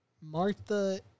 Martha